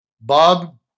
Bob